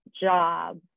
job